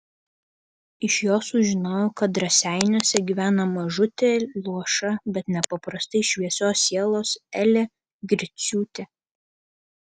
iš jo sužinojau kad raseiniuose gyvena mažutė luoša bet nepaprastai šviesios sielos elė griciūtė